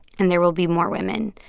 and there will be more women.